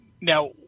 Now –